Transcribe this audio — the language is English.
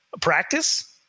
practice